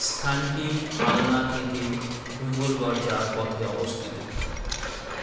স্থানটি ফালনা থেকে কুম্বলগড় যাওয়ার পথে অবস্থিত